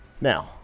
Now